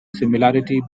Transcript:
similarity